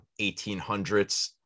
1800s